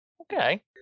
Okay